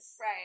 Right